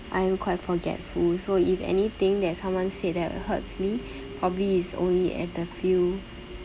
I am quite forgetful so if anything that someone said that hurts me probably is only at the few